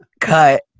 cut